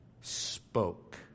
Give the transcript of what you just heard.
spoke